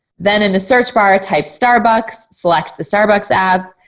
then in the search bar type starbucks, select the starbucks app,